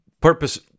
purpose